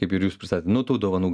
kaip ir jūs pristatėt nu tų dovanų